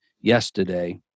yesterday